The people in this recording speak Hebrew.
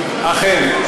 אכן.